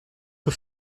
peu